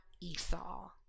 Esau